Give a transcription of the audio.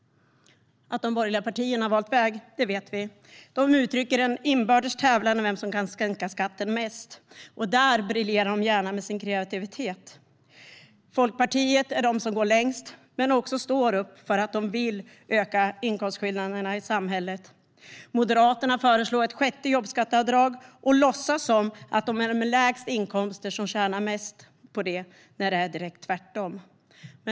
Att de borgerliga partierna har valt väg, det vet vi. De uttrycker en inbördes tävlan om vem som kan sänka skatten mest, och där briljerar de gärna med sin kreativitet. Liberalerna är det parti som går längst och står upp för att de vill öka inkomstskillnaderna i samhället. Moderaterna föreslår ett sjätte jobbskatteavdrag och låtsas som om det är de med lägst inkomster som tjänar mest på det, när det är tvärtom.